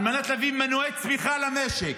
על מנת להביא מנועי צמיחה למשק.